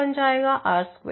यह बन जाएगा r2